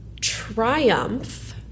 triumph